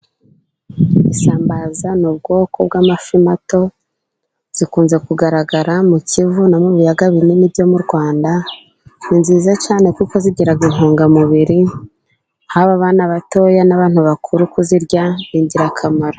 Isambaza ni ubwoko bw'amafi mato zikunze kugaragara mu kivu no mu biyaga binini byo mu Rwanda ni nziza cyane kuko zigira intungamubiri haba abana batoya n'abantu bakuru kuzirya ni ingirakamaro.